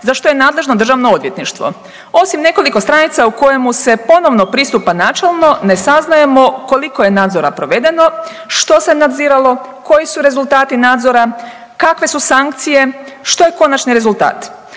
za što je nadležno državno odvjetništvo osim nekoliko stranica u kojemu se ponovno pristupa načelno ne saznajemo koliko je nadzora provedeno, što se nadziralo, koji su rezultati nadzora, kakve su sankcije, što je konačni rezultat